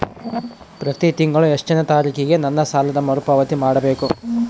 ಪ್ರತಿ ತಿಂಗಳು ಎಷ್ಟನೇ ತಾರೇಕಿಗೆ ನನ್ನ ಸಾಲದ ಮರುಪಾವತಿ ಮಾಡಬೇಕು?